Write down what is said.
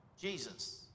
Jesus